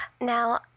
Now